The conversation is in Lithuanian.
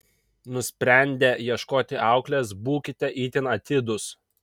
nusprendę ieškoti auklės būkite itin atidūs